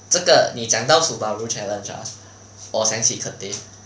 这个你讲到 subaru challenge ah 我想起 cathay